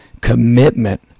commitment